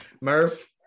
Murph